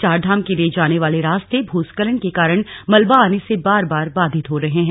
चारधाम के लिए जाने वाले रास्ते भूस्खलन के कारण मलबा आने से बार बार बाधित हो रहे हैं